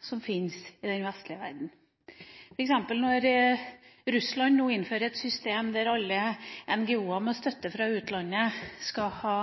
som fins i den vestlige verden. For eksempel: Når Russland nå innfører et system der alle NGO-er med støtte fra utlandet nærmest skal ha